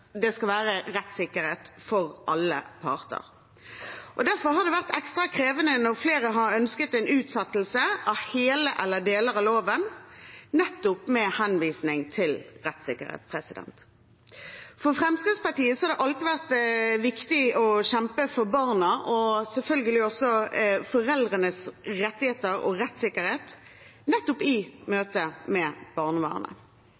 det skal være rettssikkerhet for alle parter. Derfor har det vært ekstra krevende når flere har ønsket en utsettelse av hele eller deler av loven, nettopp med henvisning til rettssikkerhet. For Fremskrittspartiet har det alltid vært viktig å kjempe for barnas og selvfølgelig også foreldrenes rettigheter og rettssikkerhet nettopp i